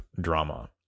drama